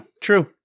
true